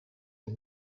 een